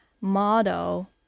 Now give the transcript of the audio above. model